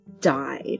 died